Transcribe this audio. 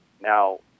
Now